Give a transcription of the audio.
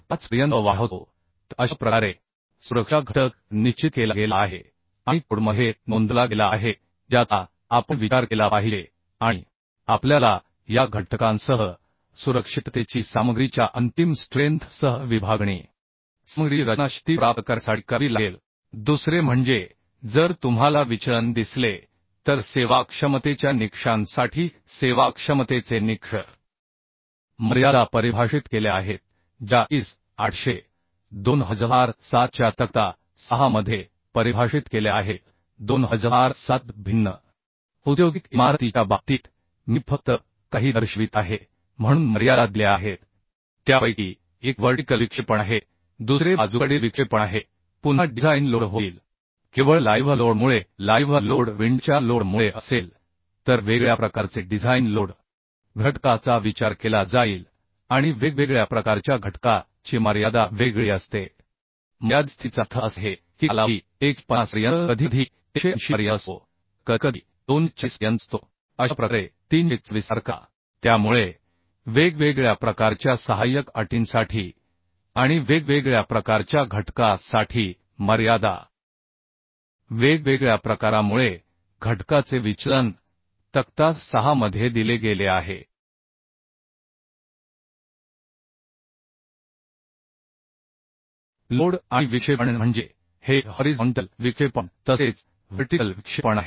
5 पर्यंत वाढवतो तर अशा प्रकारे सुरक्षा घटक निश्चित केला गेला आहे आणि कोडमध्ये नोंदवला गेला आहे ज्याचा आपण विचार केला पाहिजे आणि आपल्याला या घटकांसह सुरक्षिततेची सामग्रीच्या अंतिम स्ट्रेंथ सह विभागणी सामग्रीची रचना शक्ती प्राप्त करण्यासाठी करावी लागेल दुसरे म्हणजे जर तुम्हाला विचलन दिसले तर सेवाक्षमतेच्या निकषांसाठी सेवाक्षमतेचे निकष मर्यादा परिभाषित केल्या आहेत ज्या IS 800 2007 च्या तक्ता 6 मध्ये परिभाषित केल्या आहेः 2007 भिन्न औद्योगिक इमारतीच्या बाबतीत मी फक्त काही दर्शवित आहे म्हणून मर्यादा दिल्या आहेत त्यापैकी एक व्हर्टिकल विक्षेपण आहे दुसरे बाजूकडील विक्षेपण आहे पुन्हा डिझाइन लोड होईल केवळ लाईव्ह लोडमुळे लाईव्ह लोड विंड च्या लोड मुळे असेल तर वेगळ्या प्रकारचे डिझाइन लोड घटकांचा विचार केला जाईल आणि वेगवेगळ्या प्रकारच्या घटका ची मर्यादा वेगळी असते मर्यादित स्थितीचा अर्थ असा आहे की कालावधी 150 पर्यंत कधीकधी 180 पर्यंत असतो तर कधीकधी 240 पर्यंत असतो अशा प्रकारे 300 चा विस्तार करा त्यामुळे वेगवेगळ्या प्रकारच्या सहाय्यक अटींसाठी आणि वेगवेगळ्या प्रकारच्या घटका साठी मर्यादा वेगवेगळ्या प्रकारामुळे घटकाचे विचलन तक्ता 6 मध्ये दिले गेले आहे लोड आणि विक्षेपण म्हणजे हे हॉरिझॉन्टल विक्षेपण तसेच व्हर्टिकल विक्षेपण आहे